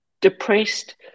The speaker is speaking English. depressed